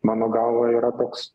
mano galva yra toks